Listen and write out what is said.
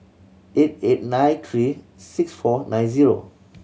eight eight nine three six four nine zero